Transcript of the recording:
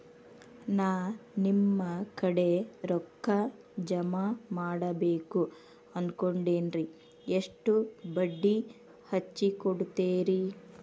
ನಾ ನಿಮ್ಮ ಕಡೆ ರೊಕ್ಕ ಜಮಾ ಮಾಡಬೇಕು ಅನ್ಕೊಂಡೆನ್ರಿ, ಎಷ್ಟು ಬಡ್ಡಿ ಹಚ್ಚಿಕೊಡುತ್ತೇರಿ?